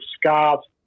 scarves